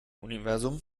universum